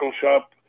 shop